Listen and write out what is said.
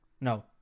No